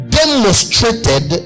demonstrated